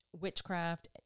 witchcraft